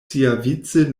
siavice